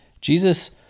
Jesus